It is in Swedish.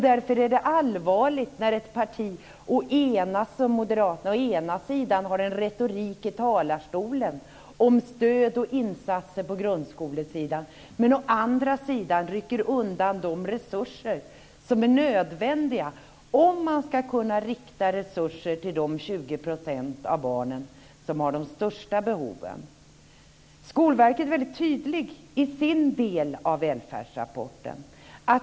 Därför är det allvarligt när ett parti som Moderaterna å ena sidan har en retorik i talarstolen om stöd och insatser på grundskolesidan men å andra sidan rycker undan de resurser som är nödvändiga om man ska kunna rikta resurser till de 20 % av barnen som har de största behoven. Skolverket är väldigt tydligt i sin del av välfärdsrapporten.